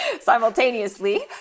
simultaneously